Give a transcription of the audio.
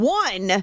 one